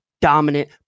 dominant